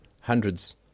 hundreds